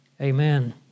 amen